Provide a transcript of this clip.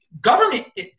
Government